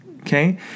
Okay